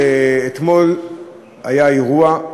אתמול היה אירוע,